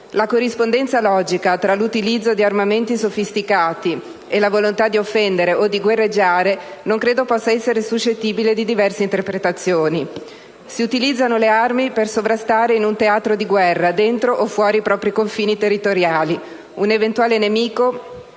La corrispondenza logica tra l'utilizzo di armamenti sofisticati e la volontà di offendere o di guerreggiare non credo possa essere suscettibile di diverse interpretazioni: si utilizzano le armi per sovrastare, in un teatro di guerra, dentro o fuori i propri confini territoriali, un eventuale nemico,